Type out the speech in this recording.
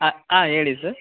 ಆಂ ಆಂ ಹೇಳಿ ಸರ್